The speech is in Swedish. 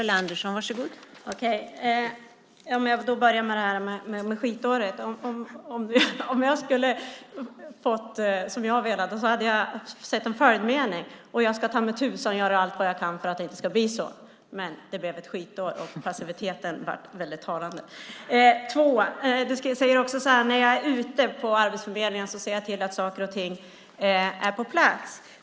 Fru talman! Jag börjar med detta med skitåret. Om jag hade fått som jag velat hade jag sett en följdmening där statsrådet sade: Jag ska ta mig tusan göra allt vad jag kan för att det inte ska bli så. Men det blev ett skitår, och passiviteten blev väldigt talande. Ministern säger också så här: När jag är ute på arbetsförmedlingarna ser jag till att saker och ting är på plats.